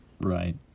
right